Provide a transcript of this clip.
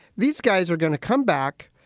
these guys are gonna come back.